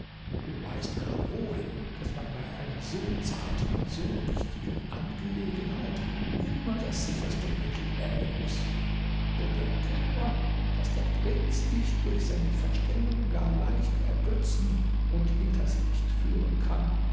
du weißt gar wohl daß man bei einer so zarten und so wichtigen angelegenheit immer das sicherste mittel wählen muß bedenke nur daß der prinz dich durch seine verstellung gar leicht ergötzen und hinters licht führen kann